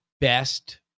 best